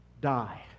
die